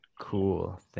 Cool